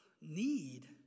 Need